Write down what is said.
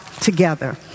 together